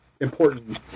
important